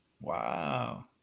Wow